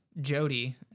Jody